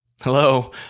Hello